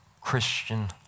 Christian